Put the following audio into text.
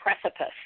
precipice